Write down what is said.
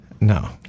No